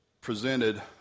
presented